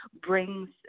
brings